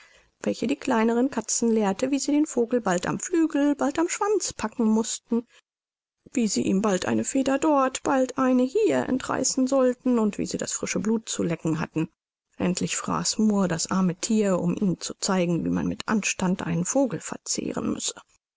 welche die kleinen katzen lehrte wie sie den vogel bald am flügel bald am schwanz packen mußten wie sie ihm bald eine feder dort bald eine hier entreißen sollten und wie sie das frische blut zu lecken hatten endlich fraß murr das arme thier um ihnen zu zeigen wie man mit anstand einen vogel verzehren müsse